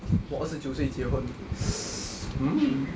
!wah! 二十九岁结婚 mm